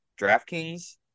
DraftKings